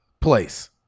place